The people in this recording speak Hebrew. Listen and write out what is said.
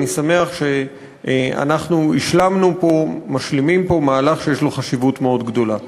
אני שמח שאנחנו השלמנו פה ומשלימים פה מהלך שיש לו חשיבות גדולה מאוד.